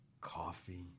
coffee